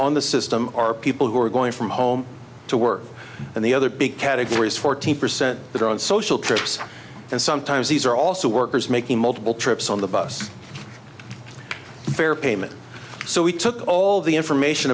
on the system are people who are going from home to work and the other big categories fourteen percent that are on social trips and sometimes these are also workers making multiple trips on the bus fare payment so we took all the information